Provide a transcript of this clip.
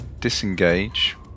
disengage